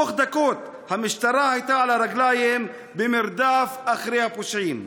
תוך דקות המשטרה הייתה על הרגליים במרדף אחרי הפושעים.